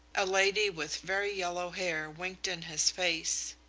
a lady with very yellow hair winked in his face.